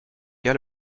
cas